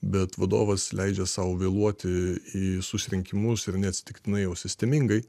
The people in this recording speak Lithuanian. bet vadovas leidžia sau vėluoti į susirinkimus ir neatsitiktinai o sistemingai